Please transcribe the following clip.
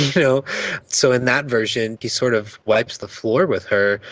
you know so in that version he sort of wipes the floor with her,